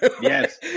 Yes